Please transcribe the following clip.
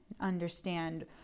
understand